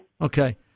Okay